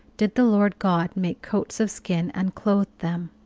did the lord god make coats of skin and clothed them.